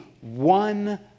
one